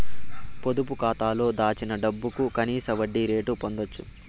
పొదుపు కాతాలో దాచిన డబ్బుకు కనీస వడ్డీ రేటు పొందచ్చు